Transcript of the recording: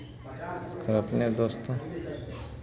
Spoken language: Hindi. हम अपने दोस्तों